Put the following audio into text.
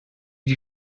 die